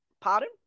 Pardon